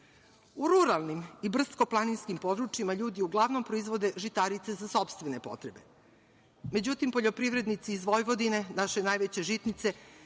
ruralnim i brdsko-planinskim područjima ljudi uglavnom proizvode žitarice za sopstvene potrebe. Međutim, poljoprivrednici iz Vojvodine, naše najveće žitnice,